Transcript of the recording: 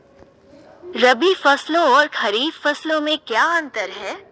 रबी फसलों और खरीफ फसलों में क्या अंतर है?